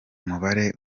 mubare